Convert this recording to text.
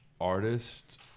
artist